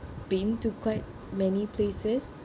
been to quite many places